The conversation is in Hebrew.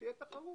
שתהיה תחרות.